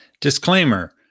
Disclaimer